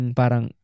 parang